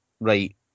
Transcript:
Right